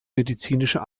medizinischen